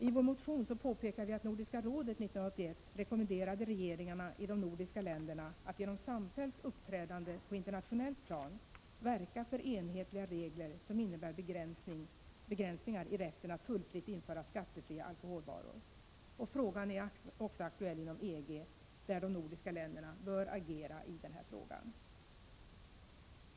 I vår motion påpekar vi att Nordiska rådet år 1981 rekommenderade regeringarna i de nordiska länderna att genom samfällt uppträdande på internationellt plan verka för enhetliga regler, som innebär begränsningar i rätten att tullfritt införa skattefria alkoholvaror. Frågan är också aktuell inom EG, där de nordiska länderna bör agera i den här frågan.